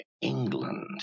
England